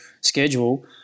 schedule